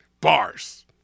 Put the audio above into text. Bars